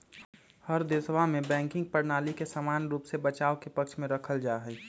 हर देशवा में बैंकिंग प्रणाली के समान रूप से बचाव के पक्ष में रखल जाहई